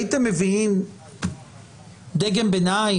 הייתם מביאים דגם ביניים,